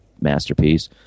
masterpiece